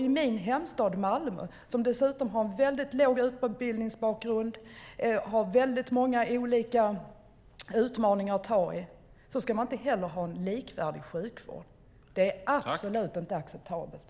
I min hemstad Malmö, där utbildningsbakgrunden är låg och där det är väldigt många olika utmaningar att ta tag i, ska man alltså inte heller ha en likvärdig sjukvård. Det är absolut inte acceptabelt.